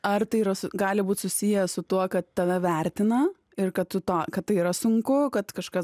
ar tai yra su gali būt susiję su tuo kad tave vertina ir kad tu to kad tai yra sunku kad kažkas